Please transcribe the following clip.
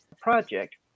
project